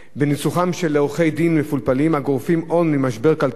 בניצוחם של עורכי-דין מפולפלים הגורפים הון ממשבר כלכלי,